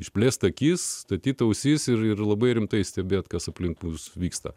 išplėsti akis statyti ausis ir labai rimtai stebėti kas aplinkui vyksta